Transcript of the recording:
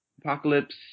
Apocalypse